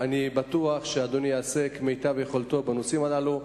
אני בטוח שאדוני יעשה כמיטב יכולתו בנושאים הללו.